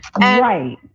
Right